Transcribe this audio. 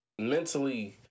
mentally